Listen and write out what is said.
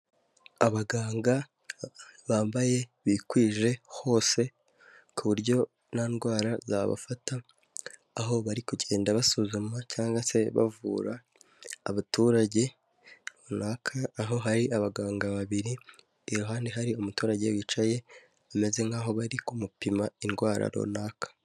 Abaganga bambaye bikwije hose ku buryo nta ndwara zabafata aho bari kugenda basuzuma cyangwa se bavura abaturage runaka aho hari abaganga babiri iruhande hari umuturage wicaye ameze nk'aho bari kumupima indwara runaka.